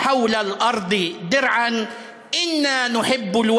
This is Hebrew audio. ומסביב לאדמה נהיה שריון, הֲגָנוֹת.